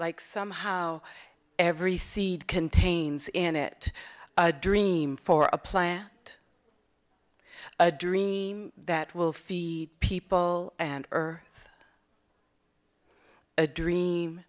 like somehow every seed contains in it a dream for a plant a dream that will feed people and or a dream